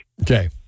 Okay